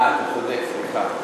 אה, אתה צודק, סליחה.